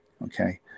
Okay